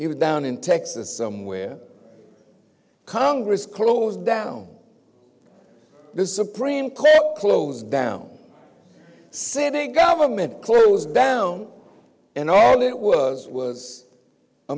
was down in texas somewhere congress closed down the supreme court closed down sitting government closed down and all it was was a